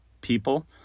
people